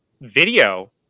video